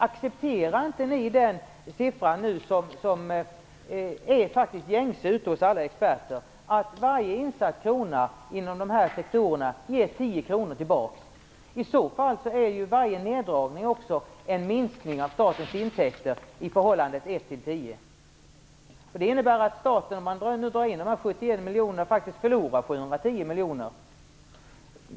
Accepterar inte ni den siffran, som faktiskt är gängse ute hos alla experter, att varje insatt krona inom de här sektorerna ger 10 kr tillbaka? I så fall är varje neddragning också en minskning av statens intäkter i förhållandet 1-10. Det innebär att staten, om man nu drar in de här 71 miljonerna, faktiskt förlorar 710 miljoner.